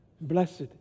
Blessed